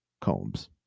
Combs